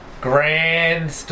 grand